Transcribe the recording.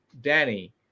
Danny